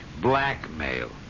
Blackmail